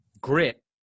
grit